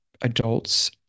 adults